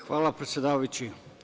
Hvala, predsedavajući.